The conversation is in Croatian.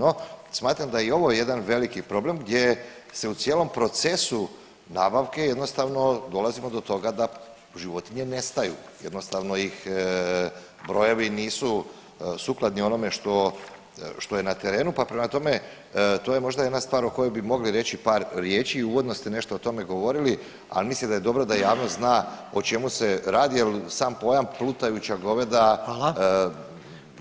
No smatram da je i ovo jedan veliki problem gdje se u cijelom procesu nabavke jednostavno dolazimo do toga da životinje nestaju, jednostavno ih, brojevi nisu sukladni onome što, što je na terenu, pa prema tome to je možda jedna stvar o kojoj bi mogli reći par riječi i uvodno ste nešto o tome govorili, al mislim da je dobro da javnost zna o čemu se radi jel sam pojam „plutajuća goveda“